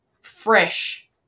fresh